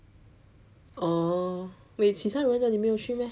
orh wait 其他人的你没有去 meh